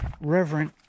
reverent